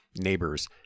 neighbors